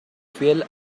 fiel